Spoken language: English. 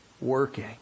working